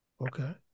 Okay